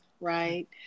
right